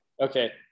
okay